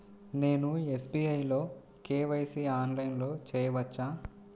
నేను ఎస్.బీ.ఐ లో కే.వై.సి ఆన్లైన్లో చేయవచ్చా?